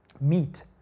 meet